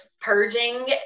purging